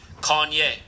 Kanye